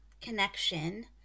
connection